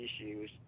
issues